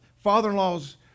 father-in-law's